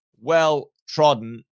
well-trodden